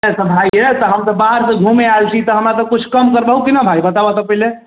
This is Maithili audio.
भाय हे तऽ हम तऽ बाहरसँ घुमय आयल छी तऽ हमरा तऽ किछु कम करबहू कि नहि भाय बताबह तऽ पहिने